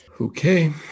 Okay